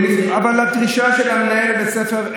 אבל בסוף, אבל זאת הדרישה של מנהל בית הספר.